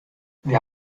wir